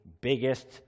biggest